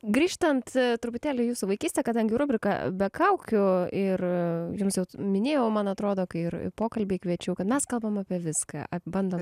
grįžtant truputėlį jūsų vaikystė kadangi rubrika be kaukių ir jums jau minėjau man atrodo kai ir į pokalbį kviečiau kad mes kalbam apie viską bandom